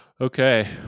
Okay